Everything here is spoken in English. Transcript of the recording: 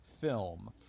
film